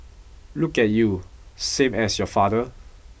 look at you same as your father